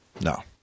no